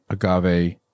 agave